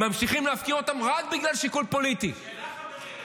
אתם ממשיכים להפקיר אותם רק בגלל שיקול פוליטי --- שאלה חברית,